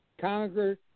Congress